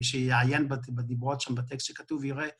‫שיעיין בדברות שם ‫בטקסט שכתוב, יראה.